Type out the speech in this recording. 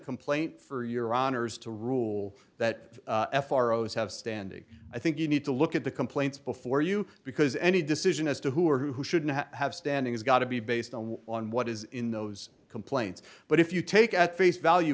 complaint for your honour's to rule that f r as have standing i think you need to look at the complaints before you because any decision as to who or who shouldn't have standing is got to be based on on what is in those complaints but if you take at face value